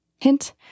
Hint